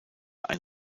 ein